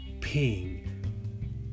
Ping